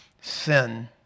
Sin